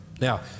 now